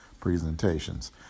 presentations